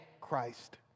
Christ